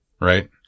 right